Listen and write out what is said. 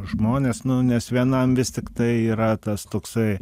žmonės nu nes vienam vis tiktai yra tas toksai